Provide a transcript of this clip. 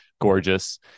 gorgeous